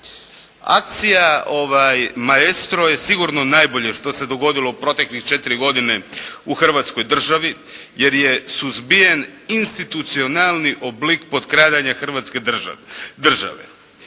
Akcija "Maestro" je sigurno najbolje što se dogodilo u proteklih 4 godine u hrvatskoj državi jer je suzbijen institucionalni oblik potkradanja hrvatske države.